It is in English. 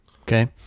Okay